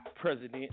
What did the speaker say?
President